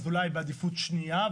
אז אולי בעדיפות שנייה,